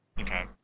Okay